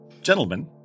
gentlemen